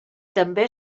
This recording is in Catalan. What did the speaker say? també